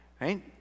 Right